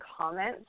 comment